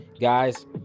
Guys